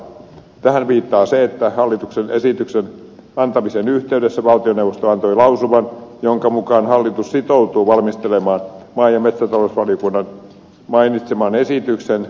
tähän viittaa se että hallituksen esityksen antamisen yhteydessä valtioneuvosto antoi lausuman jonka mukaan hallitus sitoutuu valmistelemaan maa ja metsätalousvaliokunnan mainitseman esityksen